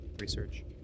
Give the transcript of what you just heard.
research